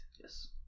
Yes